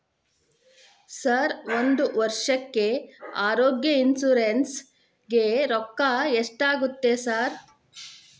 Sir ಒಂದು ವರ್ಷಕ್ಕೆ ಆರೋಗ್ಯ ಇನ್ಶೂರೆನ್ಸ್ ಗೇ ರೊಕ್ಕಾ ಎಷ್ಟಾಗುತ್ತೆ ಸರ್?